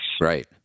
Right